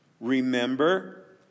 Remember